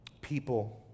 people